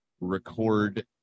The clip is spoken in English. record